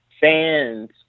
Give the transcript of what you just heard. fans